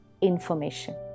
Information